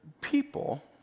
people